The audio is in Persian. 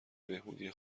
بهبودی